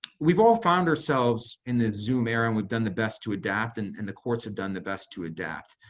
we've all found ourselves in this zoom era and we've done the best to adapt and and the courts have done the best to adapt,